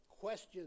questions